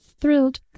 Thrilled